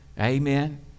Amen